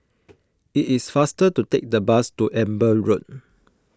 it is faster to take the bus to Amber Road